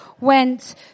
went